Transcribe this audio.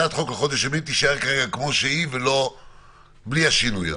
הצעת החוק לחודש ימים תישאר כרגע כמו שהיא בלי השינוי הזה.